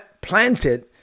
planted